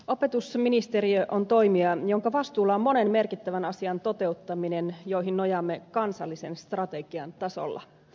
opetusministeriö on toimija jonka vastuulla on monen merkittävän asian toteuttaminen joihin nojaamme kansallisen strategian tasolla